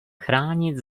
chránit